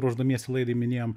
ruošdamiesi laidai minėjom